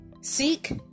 Seek